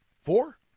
four